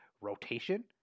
rotation